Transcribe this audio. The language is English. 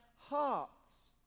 hearts